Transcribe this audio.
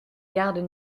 gardes